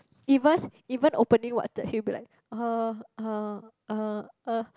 even even opening water he will be like uh uh uh uh